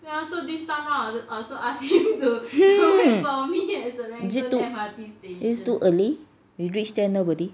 hmm is it too is it too early you reach there nobody